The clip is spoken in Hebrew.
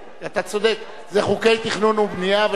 חוקי תכנון ובנייה.